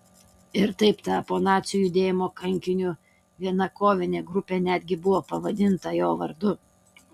ir taip tapo nacių judėjimo kankiniu viena kovinė grupė netgi buvo pavadinta jo vardu